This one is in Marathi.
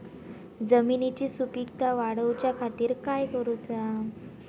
जमिनीची सुपीकता वाढवच्या खातीर काय करूचा?